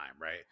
right